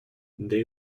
they